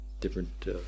different